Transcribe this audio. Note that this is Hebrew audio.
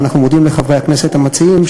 ואנחנו מודים לחברי הכנסת המציעים,